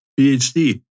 PhD